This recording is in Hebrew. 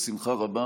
בשמחה רבה.